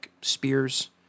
spears